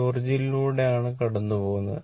ഇത് ഒറിജിനിലൂടെ ആണ് കടന്നു പോകുന്നത്